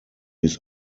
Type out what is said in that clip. his